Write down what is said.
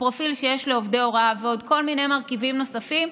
הפרופיל שיש לעובדי הוראה ועוד כל מיני מרכיבים נוספים,